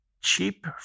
Cheap